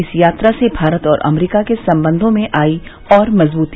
इस यात्रा से भारत और अमरीका के सम्बंधों में आयी है और मजबूती